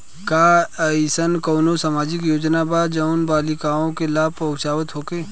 का एइसन कौनो सामाजिक योजना बा जउन बालिकाओं के लाभ पहुँचावत होखे?